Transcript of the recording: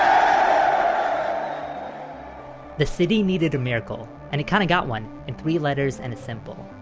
um the city needed a miracle and it kind of got one in three letters and a symbol,